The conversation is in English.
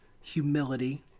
humility